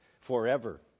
forever